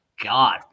God